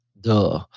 Duh